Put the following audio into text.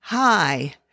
Hi